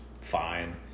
fine